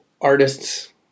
artists